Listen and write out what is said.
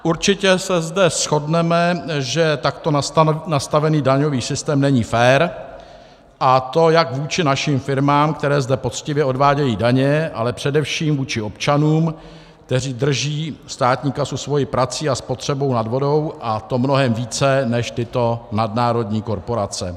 Určitě se zde shodneme, že takto nastavený daňový systém není fér, a to jak vůči našim firmám, které zde poctivě odvádějí daně, ale především vůči občanům, kteří drží státní kasu svou prací a spotřebou nad vodou, a to mnohem více než tyto nadnárodní korporace.